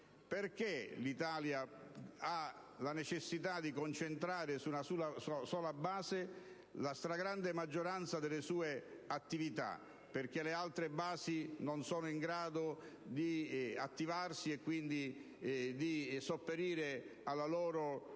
perché l'Italia ha la necessità di concentrare su una sola base la stragrande maggioranza delle sue attività? Forse perché le altre basi non sono in grado di attivarsi, e quindi c'è bisogno di sopperire?